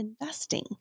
investing